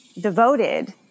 devoted